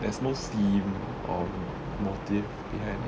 there's no steam or motive behind it